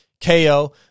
KO